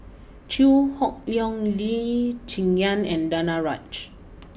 Chew Hock Leong Lee Cheng Yan and Danaraj